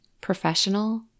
professional